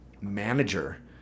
manager